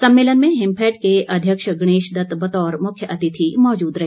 सम्मेलन में हिमफेड के अध्यक्ष गणेश दत्त बतौर मुख्य अतिथि मौजूद रहे